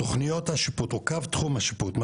תוכניות השיפוט או קו תחום הבנייה,